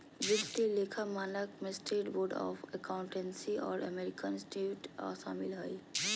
वित्तीय लेखा मानक में स्टेट बोर्ड ऑफ अकाउंटेंसी और अमेरिकन इंस्टीट्यूट शामिल हइ